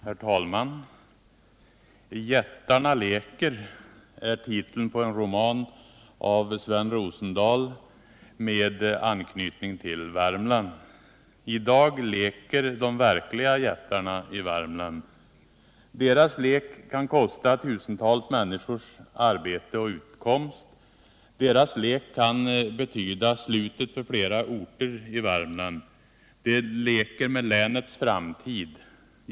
Herr talman! Jättarna leker är titeln på en roman av Sven Rosendahl med anknytning till Värmland. I dag leker de verkliga jättarna i Värmland. Deras lek kan kosta tusentals människors arbete och utkomst. Deras lek kan betyda slutet för flera orter i Värmland. De leker med länets framtid.